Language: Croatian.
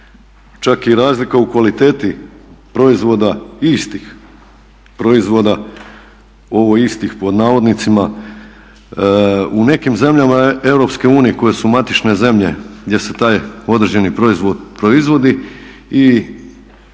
čak i razlika u kvaliteti proizvoda, istih proizvoda, ovo isti pod navodnicima, u nekim zemljama Europske unije koje su matične zemlje gdje se taj određeni proizvod proizvodi i uvjetno